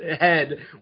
head